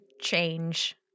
change